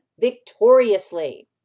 victoriously